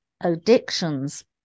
addictions